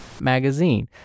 magazine